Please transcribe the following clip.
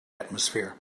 atmosphere